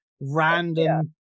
random